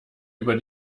über